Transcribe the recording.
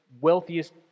wealthiest